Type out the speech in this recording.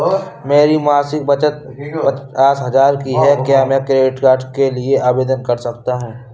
मेरी मासिक बचत पचास हजार की है क्या मैं क्रेडिट कार्ड के लिए आवेदन कर सकता हूँ?